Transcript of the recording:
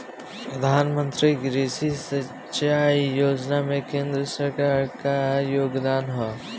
प्रधानमंत्री कृषि सिंचाई योजना में केंद्र सरकार क का योगदान ह?